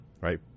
right